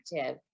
active